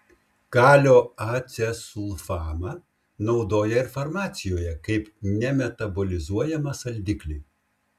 kalio acesulfamą naudoja ir farmacijoje kaip nemetabolizuojamą saldiklį